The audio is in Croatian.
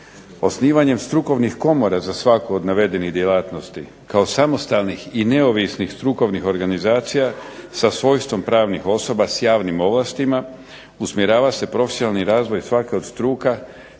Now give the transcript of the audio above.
Osnivanjem strukovnih komora za svaku od navedenih djelatnosti kao samostalnih i neovisnih strukovnih organizacija sa svojstvom pravnih osoba s javnim ovlastima usmjerava se profesionalni razvoj svake od struka,